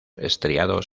estriados